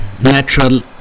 natural